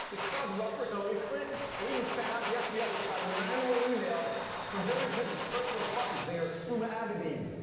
to cover up for hillary clinton. they even found out the fbi was hiding ninety one emails from hillary clinton's personal carpet cleaner, uma abedin.